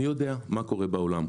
אני יודע מה קורה בעולם.